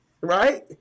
right